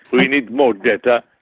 we need more data.